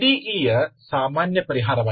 E ಯ ಸಾಮಾನ್ಯ ಪರಿಹಾರವಾಗಿದೆ